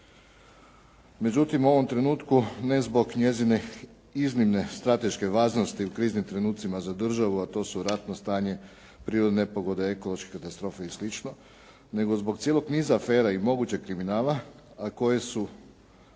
Međutim, u ovom trenutku ne zbog njezine iznimne strateške važnosti u kriznim trenucima za državu, a to su ratno stanje, prirodne nepogode, ekološke katastrofe i sl., nego zbog cijelog niza afera i mogućeg kriminala koje su